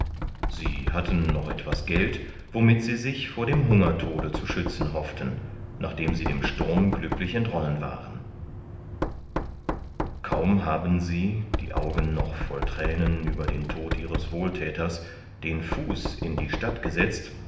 sie hatten noch etwas geld womit sie sich vor dem hungertode zu schützen hofften nachdem sie den sturm glücklich entronnen waren kaum haben sie die augen noch voll thränen über den tod ihres wohlthäters den fuß in die stadt gesetzt